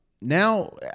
Now